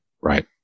Right